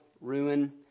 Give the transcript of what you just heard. ruin